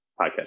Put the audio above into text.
podcast